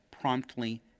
promptly